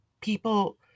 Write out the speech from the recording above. People